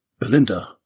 Belinda